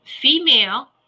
female